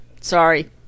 Sorry